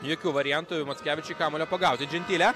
jokių variantų mockevičiui kamuolio pagauti džentilė